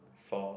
for